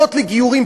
הפרסומות לגיורים,